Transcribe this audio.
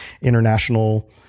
international